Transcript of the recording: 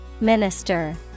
Minister